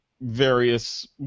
various